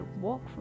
walk